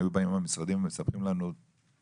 היו באים המשרדים ומספרים לנו דברים